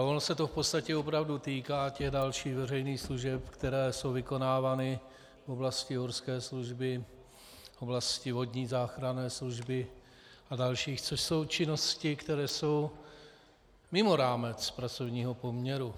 Ono se to v podstatě opravdu týká těch dalších veřejných služeb, které jsou vykonávány, oblasti horské služby, oblasti vodní záchranné služby a dalších, což jsou činnosti, které jsou mimo rámec pracovního poměru.